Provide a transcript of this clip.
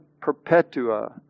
Perpetua